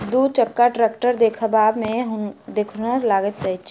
दू चक्का टेक्टर देखबामे देखनुहुर लगैत अछि